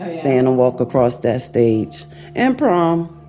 and and walk across that stage and prom.